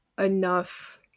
enough